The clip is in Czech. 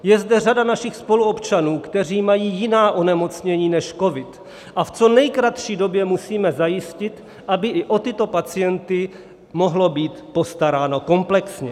Je zde řada našich spoluobčanů, kteří mají jiná onemocnění než covid, a v co nejkratší době musíme zajistit, aby i o tyto pacienty mohlo být postaráno komplexně.